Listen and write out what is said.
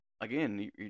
again